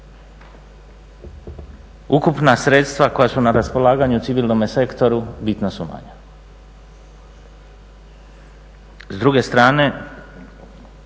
Ukupna sredstva koja su na raspolaganju u civilnome sektoru bitno su manja. S druge strane,